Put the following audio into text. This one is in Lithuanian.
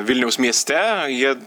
vilniaus mieste jie